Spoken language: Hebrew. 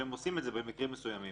והם עושים את זה במקרים מסוימים.